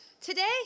today